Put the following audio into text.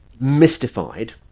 mystified